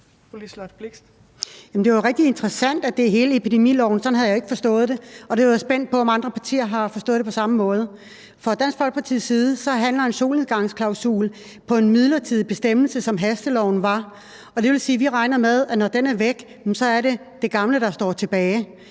rigtig interessant, at det er hele epidemiloven, det gælder. Sådan havde jeg ikke forstået det. Og jeg er spændt på, om andre partier har forstået det på samme måde. Fra Dansk Folkepartis side handler en solnedgangsklausul om en midlertidig bestemmelse, som hasteloven var. Det vil sige, at vi regner med, at når den er væk, er det det gamle, der står tilbage.